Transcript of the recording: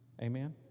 Amen